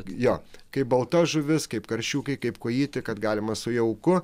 jo kaip balta žuvis kaip karšiukai kaip kojytę kad galima su jauku